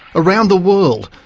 around the world,